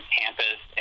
campus